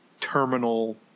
terminal